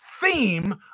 theme